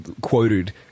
quoted